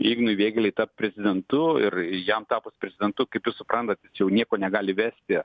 ignui vėgėlei tapt prezidentu ir jam tapus prezidentu kaip jūs suprantate čia nieko negali vesti